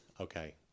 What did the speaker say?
Okay